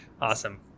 Awesome